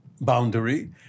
boundary